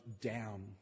down